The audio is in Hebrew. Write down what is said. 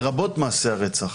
לרבות מעשי רצח,